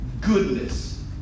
goodness